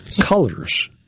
colors